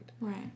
right